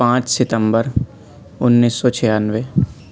پانچ ستمبر انیس سو چھیانوے